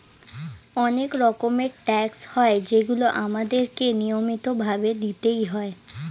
অনেক রকমের ট্যাক্স হয় যেগুলো আমাদের কে নিয়মিত ভাবে দিতেই হয়